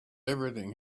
everything